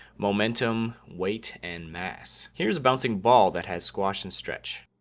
momentum, weight, and mass. here's a bouncing ball that has squash and stretch.